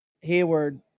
Hayward